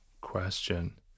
question